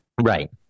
Right